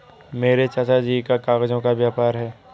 मेरे चाचा जी का कागजों का व्यापार है